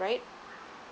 right